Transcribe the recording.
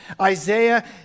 Isaiah